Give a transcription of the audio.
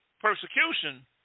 persecution